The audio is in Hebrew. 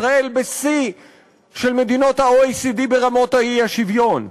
ישראל בשיא של מדינות ה-OECD ברמות האי-שוויון,